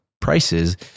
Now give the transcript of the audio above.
prices